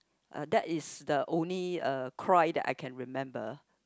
uh that is the only uh cry that I can remember